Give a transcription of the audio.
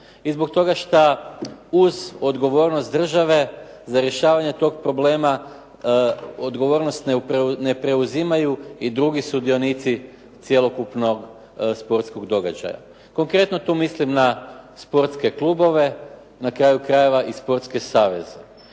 i zbog toga što uz odgovornost države za rješavanje toga problema odgovornost ne preuzimaju i drugi sudionici cjelokupnog sportskog događaja. Konkretno tu mislim na sportske klubove, na kraju, krajeva i sportske saveze.